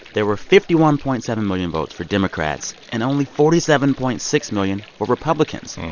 there were fifty one point seven million votes for democrats and only forty seven point six million for republicans.